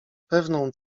pewną